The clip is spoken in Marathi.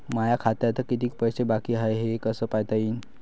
माया खात्यात कितीक पैसे बाकी हाय हे कस पायता येईन?